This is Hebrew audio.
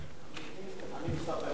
אני מסתפק בזה.